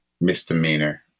misdemeanor